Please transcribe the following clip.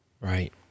Right